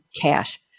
cash